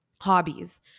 hobbies